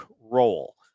role